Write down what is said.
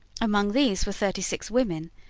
among these were thirty-six women,